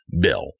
bill